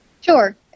Sure